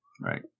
Right